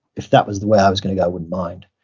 if that was the way i was gonna go i wouldn't mind.